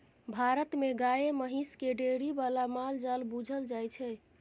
भारत मे गाए महिष केँ डेयरी बला माल जाल बुझल जाइ छै